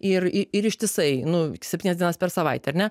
ir i ir ištisai nu septynias dienas per savaitę ar ne